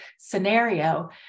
scenario